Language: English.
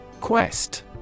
Quest